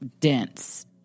dense